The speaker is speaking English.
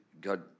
God